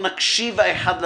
נקשיב האחד לשני.